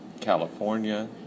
California